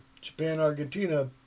Japan-Argentina